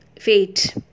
fate